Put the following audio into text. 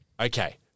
Okay